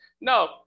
No